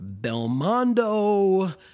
Belmondo